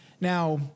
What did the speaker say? Now